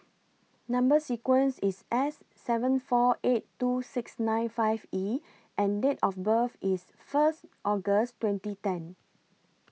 Number sequence IS S seven four eight two six nine five E and Date of birth IS First August twenty ten